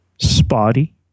spotty